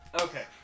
Okay